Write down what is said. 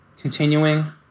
continuing